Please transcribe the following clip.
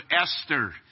Esther